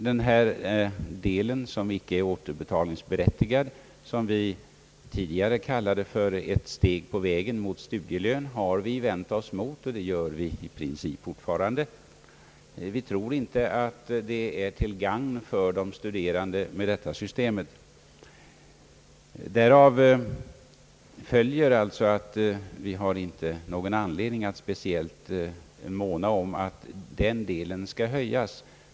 Den del, som icke är återbetalningspliktig och som vi tidigare kallade för ett steg på vägen mot studielön, har vi vänt oss mot, och det gör vi i princip fortfarande. Vi tror inte att detta system är till gagn för de studerande. Därav följer alltså, att vi inte har någon anledning att speciellt måna om att den delen skall höjas.